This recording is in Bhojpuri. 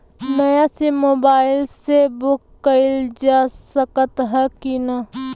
नया सिम मोबाइल से बुक कइलजा सकत ह कि ना?